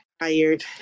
tired